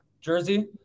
jersey